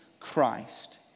Christ